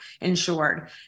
insured